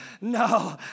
No